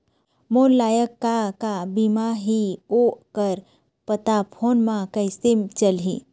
मोर लायक का का बीमा ही ओ कर पता फ़ोन म कइसे चलही?